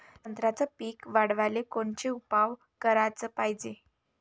संत्र्याचं पीक वाढवाले कोनचे उपाव कराच पायजे?